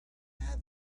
have